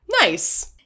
Nice